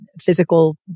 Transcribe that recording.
physical